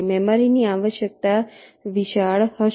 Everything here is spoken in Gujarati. મેમરીની આવશ્યકતા વિશાળ હશે